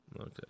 okay